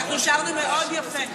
אנחנו שרנו מאוד יפה.